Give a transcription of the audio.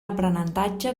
aprenentatge